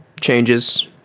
Changes